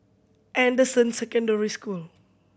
Anderson Secondary School